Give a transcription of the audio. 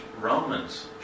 Romans